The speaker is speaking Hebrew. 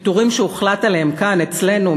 פיטורים שהוחלט עליהם כאן אצלנו,